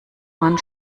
man